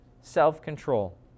self-control